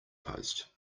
post